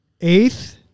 Eighth